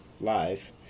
live